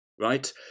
Right